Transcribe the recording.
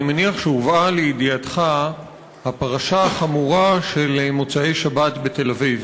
אני מניח שהובאה לידיעתך הפרשה החמורה של מוצאי-שבת בתל-אביב,